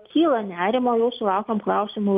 kyla nerimo jau sulaukiam klausimų